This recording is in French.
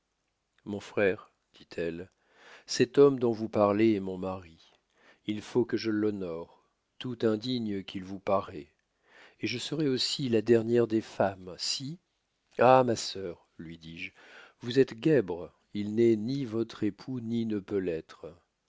mon frère dit-elle cet homme dont vous parlez est mon mari il faut que je l'honore tout indigne qu'il vous paroît et je serois aussi la dernière des femmes si ah ma sœur lui dis-je vous êtes guèbre il n'est ni votre époux ni ne peut l'être